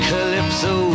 Calypso